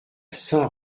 saint